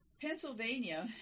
Pennsylvania